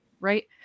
right